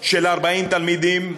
של 40 תלמידים,